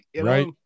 right